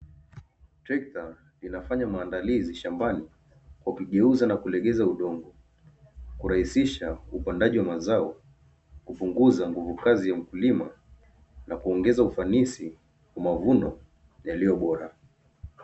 Trecta linafanya maandalizi shambani kwa kugeuza na kulegeza udongo kulahisisha upandaji wa mazao, kupunguza nguvu kazi ya mkulima na kuongeza ufanisi wa mavuno yaliyo bola.